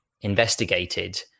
investigated